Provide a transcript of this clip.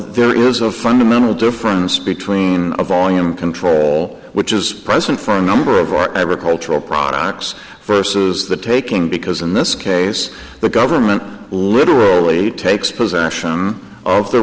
there is a fundamental difference between a volume control which is present for a number of our agricultural products first is the taking because in this case the government literally takes possession of the